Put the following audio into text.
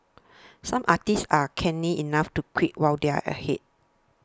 some artists are canny enough to quit while they are ahead